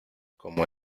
como